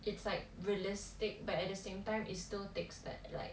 it's like realistic but at the same time it still takes that like